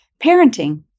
parenting